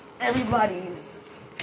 Everybody's